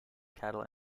cattle